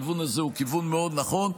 הכיוון הזה הוא כיוון מאוד נכון.